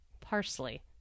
parsley